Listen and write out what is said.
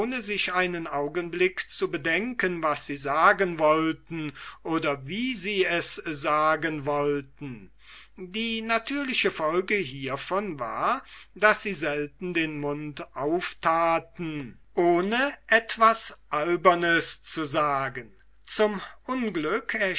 sich einen augenblick zu bedenken was sie sagen wollten oder wie sie es sagen wollten die natürliche folge hievon war daß sie selten den mund auftaten ohne etwas albernes zu sagen zum unglück